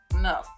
No